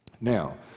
Now